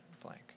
blank